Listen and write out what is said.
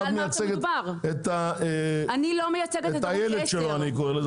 שאת מייצגת --- אני לא מייצגת את ערוץ 10. את הילד שלו אני קורא לזה,